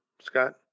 Scott